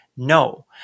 No